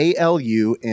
ALU